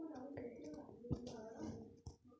చెట్టు నరికితే వచ్చే కలపే ఇప్పుడు పెపంచాన్ని ఏలేస్తంది